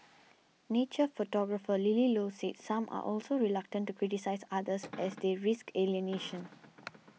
nature photographer Lily Low said some are also reluctant to criticise others as they risk alienation